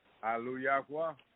Hallelujah